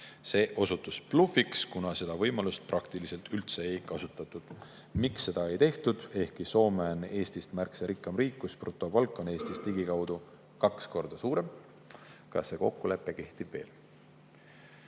See osutus blufiks, kuna seda võimalust praktiliselt üldse ei kasutatud. Miks seda ei tehtud, ehkki Soome on Eestist märksa rikkam riik, kus brutopalk on Eestist ligikaudu kaks korda suurem? Kas see kokkulepe kehtib veel?"